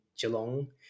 Geelong